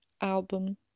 album